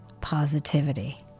positivity